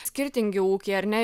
skirtingi ūkiai ar ne